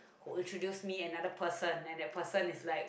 who introduce me another person and that person is like